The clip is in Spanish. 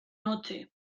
noche